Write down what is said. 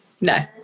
no